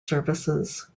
services